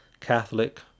catholic